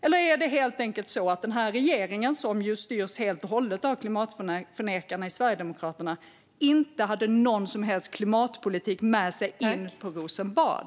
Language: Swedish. Eller är det helt enkelt så att regeringen, som ju styrs helt och hållet av klimatförnekarna i Sverigedemokraterna, inte hade någon som helst klimatpolitik med sig in på Rosenbad?